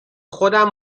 خودم